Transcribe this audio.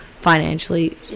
financially